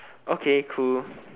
okay cool